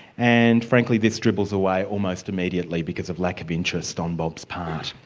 and frankly, this dribbles away almost immediately because of lack of interest on bob's part.